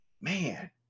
man